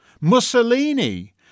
Mussolini